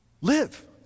live